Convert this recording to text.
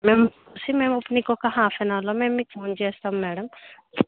మేమ్ చూసి మేము మీకొక హాఫ్ అన్ అవర్లో మేము మీకు ఫోన్ చేస్తాం మేడం